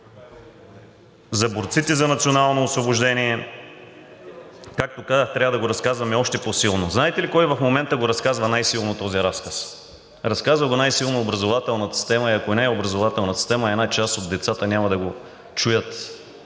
за борците за национално освобождение. Както казах, трябва да го разказваме още по-силно. Знаете ли кой в момента го разказва най-силно този разказ? Разказва го най-силно образователната система и ако не е образователната система, една част от децата няма да го чуят